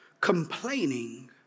complaining